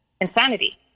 insanity